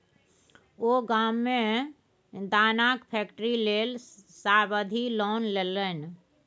ओ गाममे मे दानाक फैक्ट्री लेल सावधि लोन लेलनि